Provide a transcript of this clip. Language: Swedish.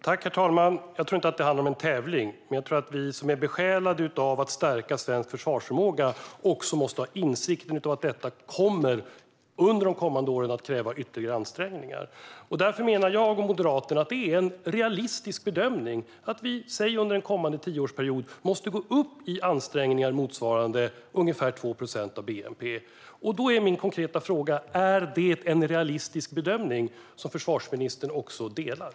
Herr talman! Jag tror inte att det handlar om en tävling, men jag tror att vi som är besjälade av att stärka svensk försvarsförmåga också måste ha insikt om att detta under de kommande åren kommer att kräva ytterligare ansträngningar. Därför menar jag och Moderaterna att det är en realistisk bedömning att vi under, säg, en tioårsperiod måste gå upp i ansträngning till motsvarande ungefär 2 procent av bnp. Min konkreta fråga är då: Är detta en realistisk bedömning som försvarsministern också delar?